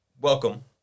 Welcome